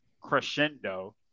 crescendo